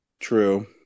true